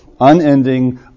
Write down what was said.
unending